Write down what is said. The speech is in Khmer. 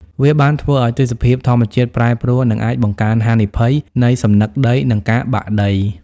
វាបានធ្វើឲ្យទេសភាពធម្មជាតិប្រែប្រួល និងអាចបង្កើនហានិភ័យនៃសំណឹកដី និងការបាក់ដី។